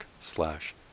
slash